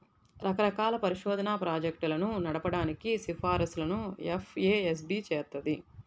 రకరకాల పరిశోధనా ప్రాజెక్టులను నడపడానికి సిఫార్సులను ఎఫ్ఏఎస్బి చేత్తది